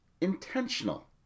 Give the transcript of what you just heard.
intentional